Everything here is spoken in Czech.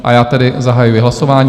A já tedy zahajuji hlasování.